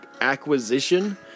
acquisition